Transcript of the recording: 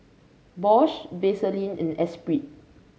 Bosch Vaseline and Espirit